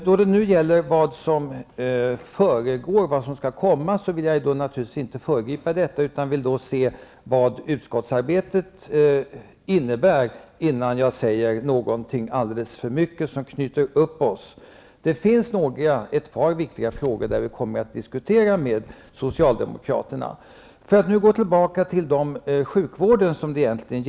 Jag vill naturligtvis inte föregripa vad som komma skall, utan jag vill se vad man har kommit fram till i utskottsarbetet innan jag säger för mycket och knyter upp oss. Det finns ett par viktiga frågor där vi kommer att diskutera med socialdemokraterna. Det gäller nu sjukvården.